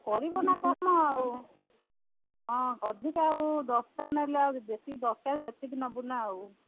କରିବନା କ'ଣ ଆଉ ହଁ ଅଧିକା ଆଉ ଦଶଟା ନେଲେ ଆଉ ଯେତିକି ଦଶଟା ସେତିକି ନେବୁ ନା ଆଉ